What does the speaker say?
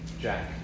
Jack